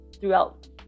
throughout